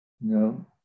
No